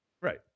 Right